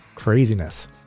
craziness